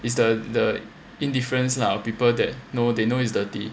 it's the the indifference lah of people that know they know it's dirty